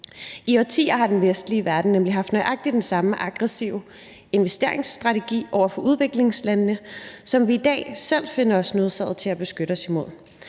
I årtier har den vestlige verden nemlig haft nøjagtig den samme aggressive investeringsstrategi over for udviklingslandene, som vi i dag selv finder os nødsaget til at beskytte os imod,